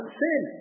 sin